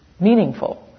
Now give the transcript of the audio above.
meaningful